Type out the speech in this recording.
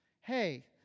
Hey